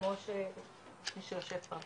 כמו כל מי שישוב פה,